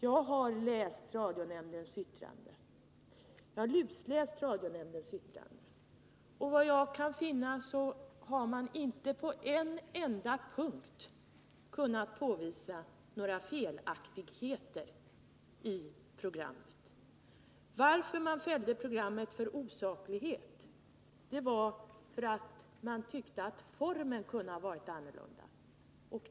Jag har läst radionämndens yttrande, t.o.m. lusläst det. Såvitt jag har kunnat finna har inte radionämnden på en enda punkt kunnat påvisa några felaktigheter i programmet. Anledningen till att programmet fälldes för osaklighet var att nämnden tyckte att programmets utformning kunde ha varit annorlunda.